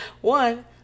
One